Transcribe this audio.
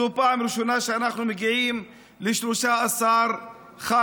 זו פעם ראשונה שאנחנו מגיעים ל-13 ח"כים.